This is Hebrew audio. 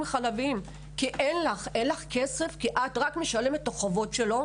חלביים כי אין לך כסף כי את רק משלמת את החובות שלו.